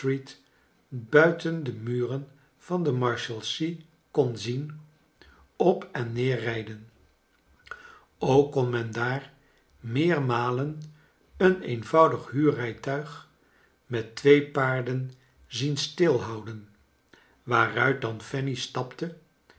buiten de muren van de marshalsea kon zien op en neer rijden ook kon men daar meermalen een eenvoudig huurrijtuig met twee paarden zien stil houden waaruit dan fanny stapte